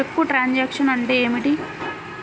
చెక్కు truncation అంటే ఏమిటి?